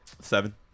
Seven